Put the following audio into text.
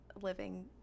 living